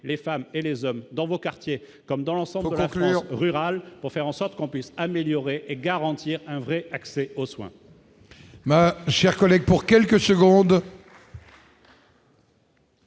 les femmes et les hommes dans vos quartiers comme dans l'ensemble rurales pour faire en sorte qu'on puisse améliorer et garantir un vrai accès aux soins.